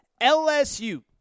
LSU